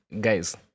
guys